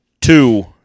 two